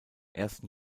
ersten